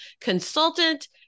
consultant